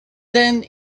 then